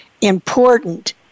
important